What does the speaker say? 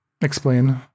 explain